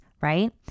right